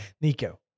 Nico